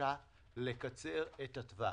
בקשה לקצר את הטווח.